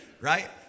right